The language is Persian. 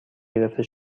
گرفته